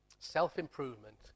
Self-improvement